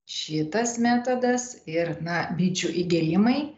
šitas metodas ir na bičių įgėlimai